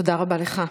תודה רבה לך.